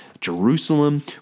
Jerusalem